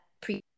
pre